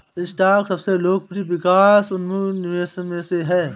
stock सबसे लोकप्रिय विकास उन्मुख निवेशों में से है